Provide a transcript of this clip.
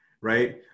right